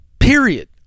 Period